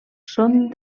són